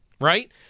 right